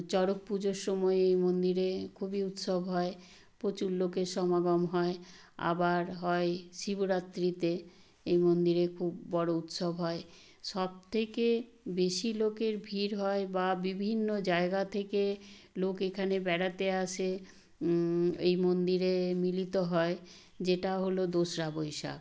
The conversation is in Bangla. চড়ক পুজোর সময় এই মন্দিরে খুবই উৎসব হয় প্রচুর লোকের সমাগম হয় আবার হয় শিবরাত্রিতে এই মন্দিরে খুব বড়ো উৎসব হয় সব থেকে বেশি লোকের ভিড় হয় বা বিভিন্ন জায়গা থেকে লোক এখানে বেড়াতে আসে এই মন্দিরে মিলিত হয় যেটা হল দোসরা বৈশাখ